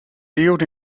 sealed